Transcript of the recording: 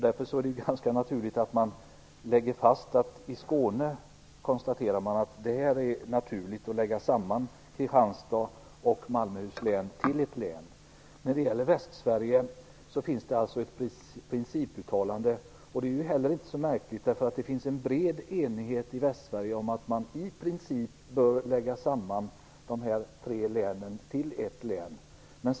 Därför kan man konstatera att det är ganska naturligt att lägga samman Kristianstads och När det gäller Västsverige finns det alltså ett principuttalande. Det är inte heller så märkligt, eftersom det i Västsverige finns en bred enighet om att man i princip bör lägga samman dessa tre län till ett län.